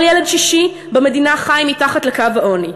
כל ילד שישי במדינה חי מתחת לקו העוני.